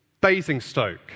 Basingstoke